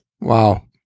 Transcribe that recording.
Wow